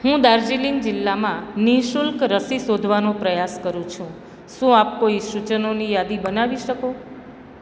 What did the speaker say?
હું દાર્જીલિંગ જિલ્લામાં નિઃશુલ્ક રસી શોધવાનો પ્રયાસ કરું છું શું આપ કોઈ સૂચનોની યાદી બનાવી શકો